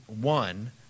one